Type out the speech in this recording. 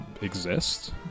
exist